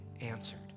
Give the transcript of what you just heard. answered